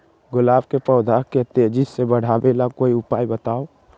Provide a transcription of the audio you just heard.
गुलाब के पौधा के तेजी से बढ़ावे ला कोई उपाये बताउ?